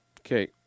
okay